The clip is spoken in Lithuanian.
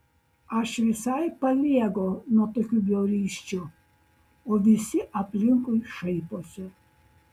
aš visai paliegau nuo tokių bjaurysčių o visi aplinkui šaiposi